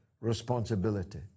responsibility